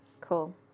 Cool